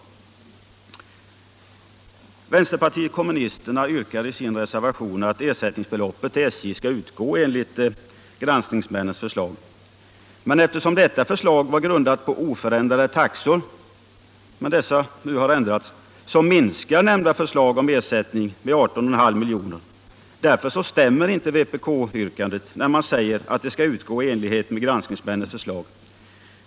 Vänsterpartiet kommunisterna yrkar i sin reservation att ersättningsbeloppet till SJ skall utgå enligt granskningsmännens förslag. Men eftersom detta förslag var grundat på oförändrade taxor, som nu emellertid har ändrats, så minskar nämnda förslag om ersättning med 18,5 milj.kr. Därför stämmer inte vpk-yrkandet, när man där säger att ersättning skall utgå i enlighet med granskningsmännens förslag.